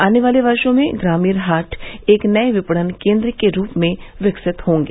आने वाले वर्षों में ग्रामीण हॉट एक नए विपणन केंद्र के रूप में विकसित होंगे